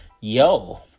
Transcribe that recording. yo